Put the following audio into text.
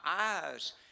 eyes